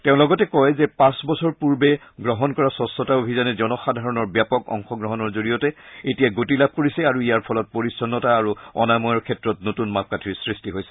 তেওঁ লগতে কয় যে পাঁচ বছৰ পূৰ্বে গ্ৰহণ কৰা স্বছতা অভিযানে জনসাধাৰণৰ ব্যাপক অংশগ্ৰহণৰ জৰিয়তে এতিয়া গতি লাভ কৰিছে আৰু ইয়াৰ ফলত পৰিছ্নতা আৰু অনাময়ৰ ক্ষেত্ৰত নতুন মাপকাঠীৰ সৃষ্টি হৈছে